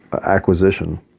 acquisition